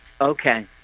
Okay